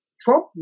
Trump